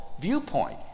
viewpoint